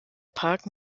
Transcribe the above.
park